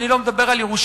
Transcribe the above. אני לא מדבר על ירושלים,